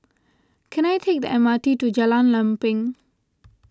can I take the M R T to Jalan Lempeng